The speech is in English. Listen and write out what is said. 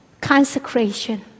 consecration